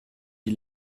die